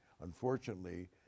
Unfortunately